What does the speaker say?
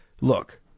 look